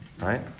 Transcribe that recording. right